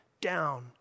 down